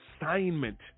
assignment